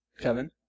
Kevin